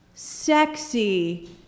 Sexy